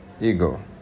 ego